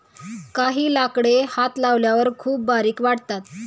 काही लाकडे हात लावल्यावर खूप बारीक वाटतात